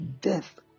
death